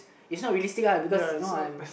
is not realistic uh because you know I am